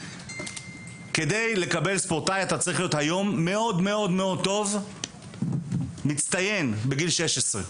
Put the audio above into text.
כדי לקבל מעמד ספורטאי אתה צרי להיות מצטיין בגיל 16,